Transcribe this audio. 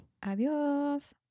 Adiós